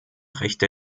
rechte